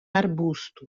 arbusto